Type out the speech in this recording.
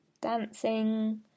dancing